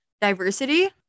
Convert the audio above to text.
diversity